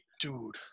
Dude